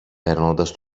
περνώντας